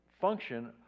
function